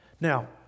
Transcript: Now